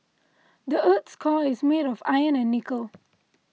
the earth's core is made of iron and nickel